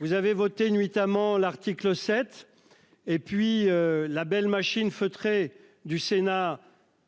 Vous avez voté nuitamment l'article 7. Et puis la belle machine feutrée du Sénat